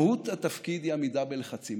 מהות התפקיד היא עמידה בלחצים.